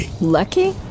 Lucky